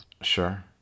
Sure